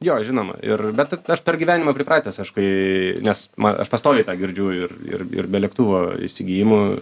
jo žinoma ir bet aš per gyvenimą pripratęs aš kai nes ma aš pastoviai tą girdžiu ir ir ir be lėktuvo įsigijimų